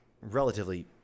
relatively